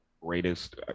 Greatest